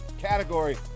category